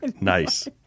Nice